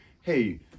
hey